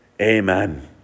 amen